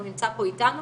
הוא נמצא פה איתנו